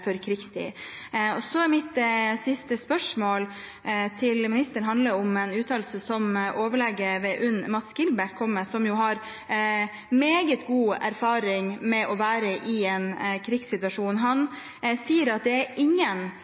krigstid. Mitt siste spørsmål til ministeren handler om en uttalelse som overlege ved UNN Mads Gilbert, som jo har meget god erfaring med å være i en krigssituasjon, kom med. Han sier at det er ingen